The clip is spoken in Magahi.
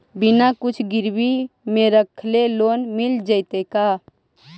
बिना कुछ गिरवी मे रखले लोन मिल जैतै का?